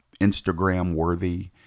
Instagram-worthy